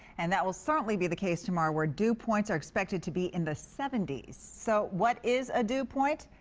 and that will certainly be the case tomorrow where dew points are expected to be in the seventy s. so what is a dew point?